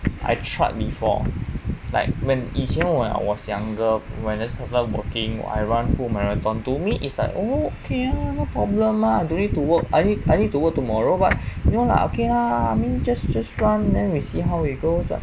I tried before like when 以前 when I was younger when I started working I run full marathon to me it's like oh okay no problem do need to work I I need to work tomorrow but no lah okay lah I mean just just run then we see how it goes